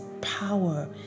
power